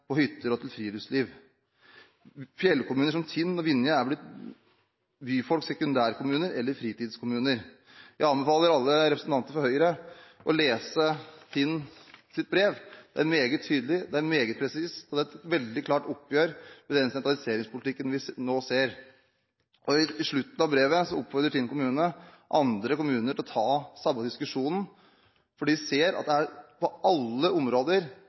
på hytter og til friluftsliv. Fjellkommuner som Tinn og Vinje er blitt byfolks sekundærkommuner eller fritidskommuner, kan vi lese i brevet. Jeg anbefaler alle representanter for Høyre å lese brevet fra Tinn. Det er meget tydelig, det er meget presist, og det er et meget klart oppgjør med den sentraliseringspolitikken vi nå ser. I slutten av brevet oppfordrer Tinn kommune andre kommuner til å ta den samme diskusjonen, for de ser at det på alle områder